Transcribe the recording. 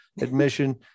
admission